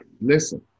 listen